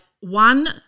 one